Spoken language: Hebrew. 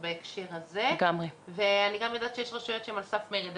בהקשר הזה ואני גם יודעת שיש רשויות שהן על סף מרד.